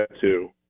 two